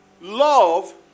Love